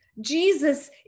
Jesus